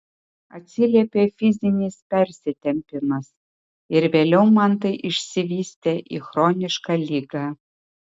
atsiliepė fizinis persitempimas ir vėliau man tai išsivystė į chronišką ligą